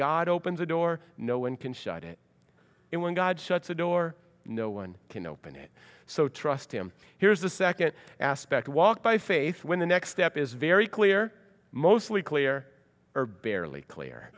god opens a door no one can shut it and when god shuts the door no one can open it so trust him here is the second aspect walk by faith when the next step is very clear mostly clear or barely clear